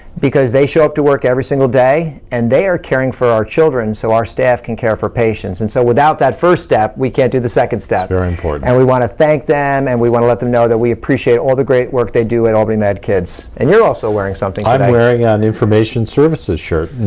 because they show up to work every single day, and they are caring for our children so our staff can care for patients. and so without that first step, we can't do the second step. it's very important. and we want to thank them, and we want to let them know that we appreciate all the great work they do at albany med kids. and you're also wearing something. i am wearing yeah an information services shirt.